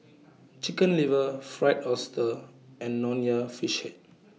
Chicken Liver Fried Oyster and Nonya Fish Head